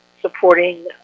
supporting